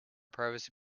privacy